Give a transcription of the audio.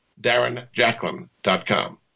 darrenjacklin.com